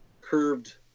curved